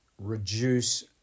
reduce